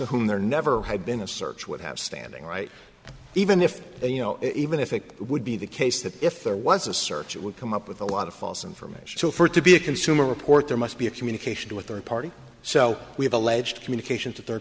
to whom there never had been a search would have standing right even if you know even if it would be the case that if there was a search it would come up with a lot of false information so for it to be a consumer report there must be a communication with third party so we have alleged communication to third